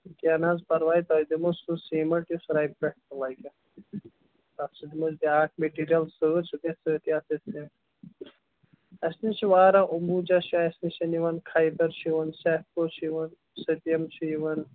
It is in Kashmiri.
کیٚنٛہہ نہٕ حظ پَرواے تۄہہِ دِمو سُہ سیٖمنٹ یُس ربہِ پٮ۪ٹھ لَگہِ تَتھ سُہ دِیَس بیٛاکھ مِٹیٖریل سۭتۍ سُہ گژھِ تٔتھۍ یتھ سٍتۍ اَسہِ نِش چھُ واراہ اوٚمبھوٗجا چھِ اَسہِ نِش یِوان کھایبَر چھُ یِوان سیفکُو چھُ یِوان ستٮ۪م چھُ یِوان